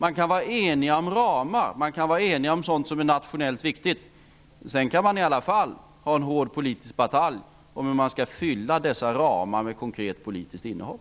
Man kan vara enig om ramar, man kan vara enig om sådant som är nationellt viktigt. Sedan kan man i alla fall ha en hård politisk batalj om hur man skall fylla dessa ramar med konkret politiskt innehåll.